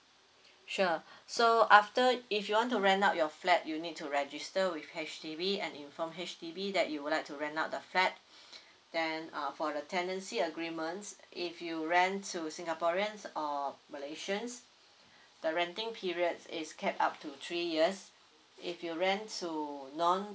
sure so after if you want to rent out your flat you need to register with H_D_B and inform H_D_B that you would like to rent out the flat then uh for the tenancy agreements if you rent to singaporeans or malaysians the renting period is capped up to three years if you rent to non